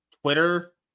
Twitter